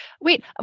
wait